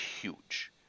huge